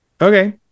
okay